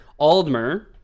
Aldmer